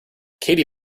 katy